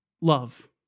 Love